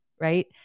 right